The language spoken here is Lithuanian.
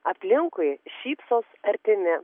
aplinkui šypsos artimi